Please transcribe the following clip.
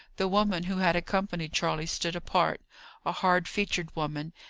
the woman who had accompanied charley stood apart a hard-featured woman,